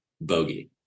bogey